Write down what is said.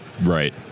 Right